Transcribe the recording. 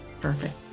Perfect